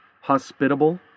hospitable